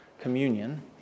communion